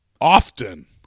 often